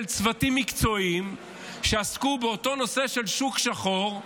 של צוותים מקצועיים שעסקו באותו נושא של שוק שחור,